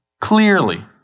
clearly